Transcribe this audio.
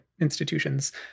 institutions